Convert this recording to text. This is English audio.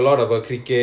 oh like